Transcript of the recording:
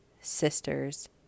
sisters